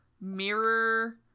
mirror